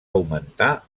augmentar